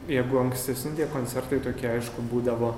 jeigu ankstesni koncertai tokie aišku būdavo